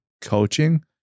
coaching